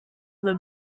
the